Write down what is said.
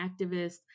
activists